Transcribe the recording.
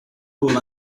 pool